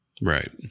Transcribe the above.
Right